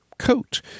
Coat